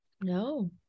no